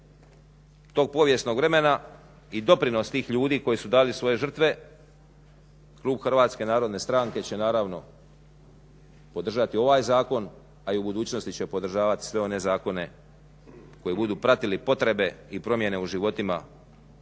tog povijesnog vremena i doprinos tih ljudi koji su dali svoje žrtve. Klub HNS će naravno podržati ovaj zakon a i u budućnosti će podržavati sve one zakone koji budu pratili potrebe i promjene u životima